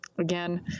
Again